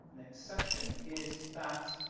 next section is that